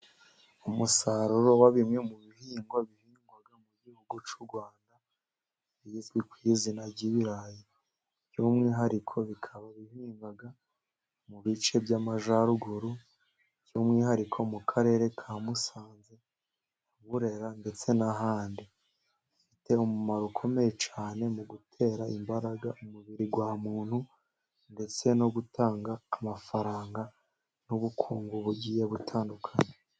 Umusaruro wa bimwe mu bihingwa, bihingwa mu gihugu cy'u Rwanda bizwi ku izina ry'ibirayi, by'umwihariko bikaba bihinga mu bice by'Amajyaruguru, by'umwihariko mu karere ka Musanze, Burera ndetse n'ahandi, bifite umumaro ukomeye cyane mu gutera imbaraga umubiri wa muntu, ndetse no gutanga amafaranga n'ubukungu bugiye butandukanye.